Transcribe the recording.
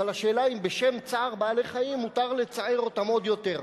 אבל השאלה אם בשם צער בעלי-חיים מותר לצער אותם עוד יותר.